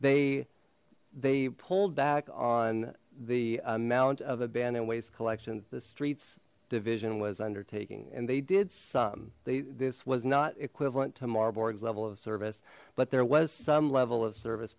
they they pulled back on the amount of abandoned waste collection the streets division was undertaking and they did some they this was not equivalent to marburg's level of service but there was some level of service